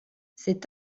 cet